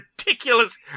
ridiculous